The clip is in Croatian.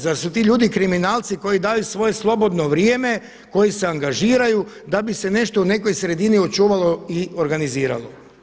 Zar su ti ljudi kriminalci koji daju svoje slobodno vrijeme, koji se angažiraju da bi se nešto u nekoj sredini očuvalo i organiziralo.